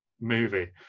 movie